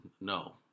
no